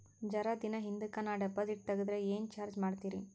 ಜರ ದಿನ ಹಿಂದಕ ನಾ ಡಿಪಾಜಿಟ್ ತಗದ್ರ ಏನ ಚಾರ್ಜ ಮಾಡ್ತೀರಿ?